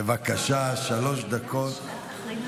בבקשה, שלוש דקות.